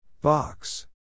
Box